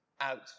out